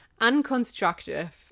Unconstructive